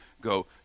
go